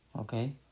okay